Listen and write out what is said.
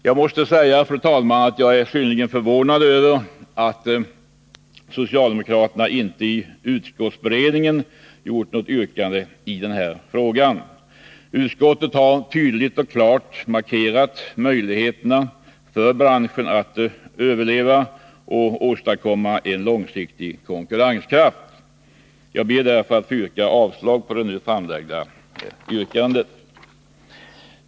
Jag måste säga, fru talman, att jag är synnerligen förvånad över att socialdemokraterna under utskottsberedningen inte framställt något yrkande i denna fråga. Utskottet har tydligt och klart markerat möjligheterna för branschen att överleva och åstadkomma en långsiktig konkurrenskraft. Jag ber därför att få hemställa om avslag på det nu framställda yrkandet.